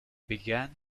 began